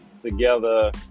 together